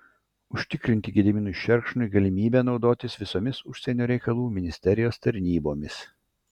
užtikrinti gediminui šerkšniui galimybę naudotis visomis užsienio reikalų ministerijos tarnybomis